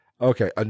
Okay